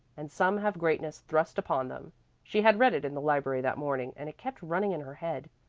and some have greatness thrust upon them she had read it in the library that morning and it kept running in her head.